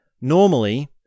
Normally